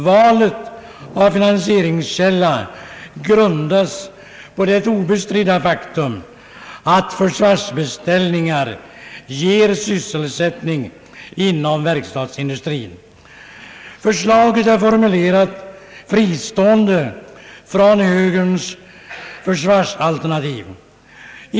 Valet av finansieringskälla grundas på det obestridda faktum att försvarsbeställningar ger sysselsättning inom verkstadsindustrin. Förslaget är formulerat fristående från högern försvarsalternativ.